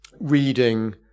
reading